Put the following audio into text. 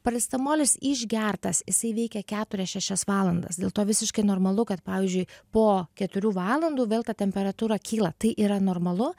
paracetamolis išgertas jisai veikia keturias šešias valandas dėl to visiškai normalu kad pavyzdžiui po keturių valandų vėl ta temperatūra kyla tai yra normalu